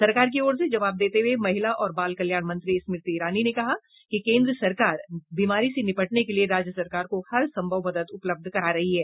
सरकार की ओर से जवाब देते हुए महिला और बाल कल्याण मंत्री स्मृति इरानी ने कहा कि केन्द्र सरकार बीमारी से निपटने के लिए राज्य सरकार को हरसंभव मदद उपलब्ध करा रही है